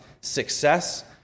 success